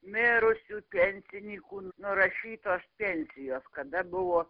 mirusių pensinikų nurašytos pensijos kada buvo